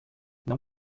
não